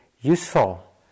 useful